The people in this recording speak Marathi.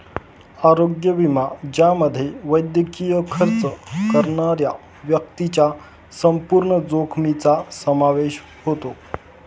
आरोग्य विमा ज्यामध्ये वैद्यकीय खर्च करणाऱ्या व्यक्तीच्या संपूर्ण जोखमीचा समावेश होतो